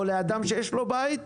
או לאדם שיש לו בית,